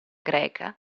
greca